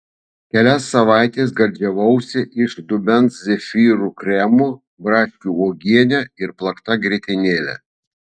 kelias savaites gardžiavausi iš dubens zefyrų kremu braškių uogiene ir plakta grietinėle